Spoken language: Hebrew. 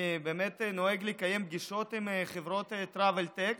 אני נוהג לקיים פגישות עם חברות טרוולטק